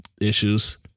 issues